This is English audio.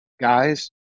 guys